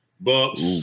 Bucks